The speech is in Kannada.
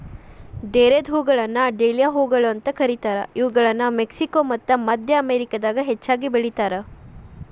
ಡೇರೆದ್ಹೂಗಳನ್ನ ಡೇಲಿಯಾ ಹೂಗಳು ಅಂತ ಕರೇತಾರ, ಇವುಗಳನ್ನ ಮೆಕ್ಸಿಕೋ ಮತ್ತ ಮದ್ಯ ಅಮೇರಿಕಾದಾಗ ಹೆಚ್ಚಾಗಿ ಬೆಳೇತಾರ